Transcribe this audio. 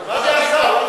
השר אקוניס.